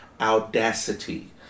audacity